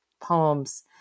poems